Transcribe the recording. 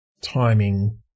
timing